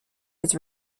his